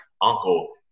uncle